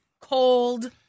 cold